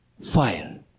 Fire